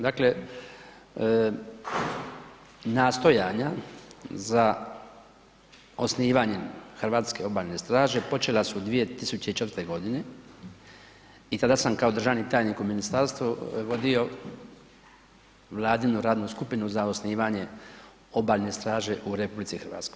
Dakle, nastojanja za osnivanje hrvatske Obalne straže počela su 2004. g. i tada sam kao državni tajnik u ministarstvu vodio Vladinu radnu skupinu za osnivanje Obalne straže u RH.